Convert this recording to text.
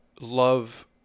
love